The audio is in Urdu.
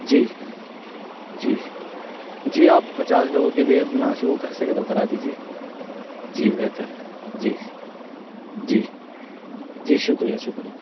جی جی جی آپ پچاس لوگوں کے لیے مناسب وہ کر سکے تو کرا دیجیے جی بہتر ہے جی جی جی شکریہ شکریہ